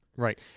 Right